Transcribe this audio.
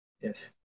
Yes